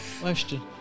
question